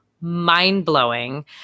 mind-blowing